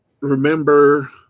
remember